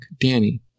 Danny